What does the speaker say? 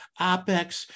OPEX